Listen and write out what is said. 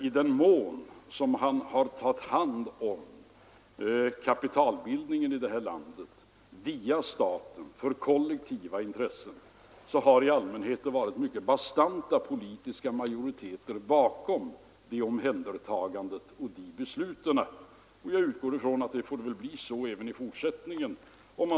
I den mån som man har tagit hand om kapitalbildningen i detta land via staten för kollektiva intressen så har det i allmänhet varit mycket bastanta politiska majoriteter bakom dessa beslut. Jag utgår ifrån att det får bli så även i fortsättningen.